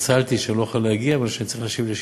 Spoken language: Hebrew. והתנצלתי שאני לא אוכל להגיע מפני שאני צריך להשיב על שאילתות.